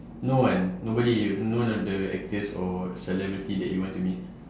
no one nobody none of the actors or celebrity that you want to meet